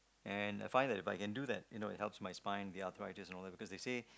and I find that but I can do that you know it helps my spine the athritis and all that because they say